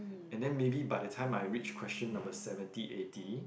and then maybe by the time I reach question number seventy eighty